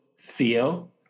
Theo